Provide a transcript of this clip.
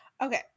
Okay